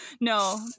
No